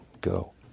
go